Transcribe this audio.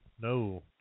No